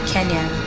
Kenya